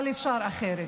אבל אפשר אחרת.